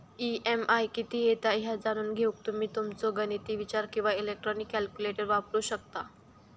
EMI किती येता ह्या जाणून घेऊक तुम्ही तुमचो गणिती विचार किंवा इलेक्ट्रॉनिक कॅल्क्युलेटर वापरू शकता